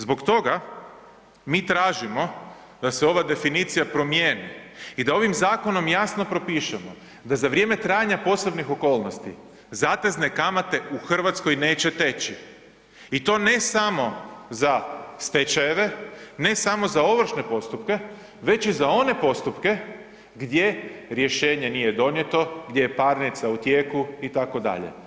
Zbog toga mi tražimo da se ova definicija promijeni i da ovim zakonom jasno propišemo da za vrijeme trajanja posebnih okolnosti, zatezne kamate u Hrvatskoj neće teći i to ne samo za stečajeve, ne samo za ovršne postupke, već i za one postupke gdje rješenje nije donijeto, gdje je parnica u tijeku itd.